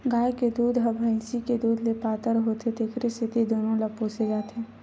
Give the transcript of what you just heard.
गाय के दूद ह भइसी के दूद ले पातर होथे तेखर सेती दूनो ल पोसे जाथे